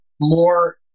more